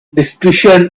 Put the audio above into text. discretion